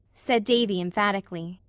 said davy emphatically.